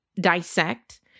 dissect